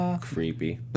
creepy